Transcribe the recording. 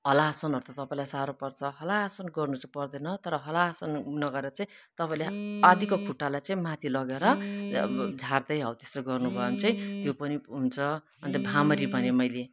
हला आसनहरू त तपाँईलाई साह्रो पर्छ हला आसन गर्नु चाहिँ पर्दैन तर हला आसन न गरेर चाहिँ तपाईँले आदिको खुट्टालाई चाहिँ माथि लगेर झार्दै हौ त्यसरी गर्नुभयो भने चाहिँ त्यो पनि हुन्छ अन्त भ्रामरी भनेँ मैले